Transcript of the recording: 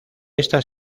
estas